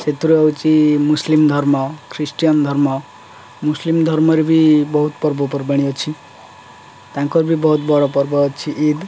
ସେଥିରୁ ହେଉଛି ମୁସଲିମ ଧର୍ମ ଖ୍ରୀଷ୍ଟିଆନ ଧର୍ମ ମୁସଲିମ ଧର୍ମ ରେ ବି ବହୁତ ପର୍ବପର୍ବାଣି ଅଛି ତାଙ୍କର ବି ବହୁତ ବଡ଼ ପର୍ବ ଅଛି ଇଦ୍